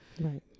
Right